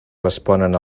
responen